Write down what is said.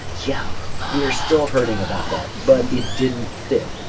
yeah, we're still hurting about that, but it didn't fit.